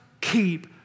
keep